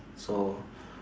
so